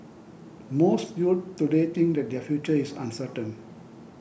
most youths today think that their future is uncertain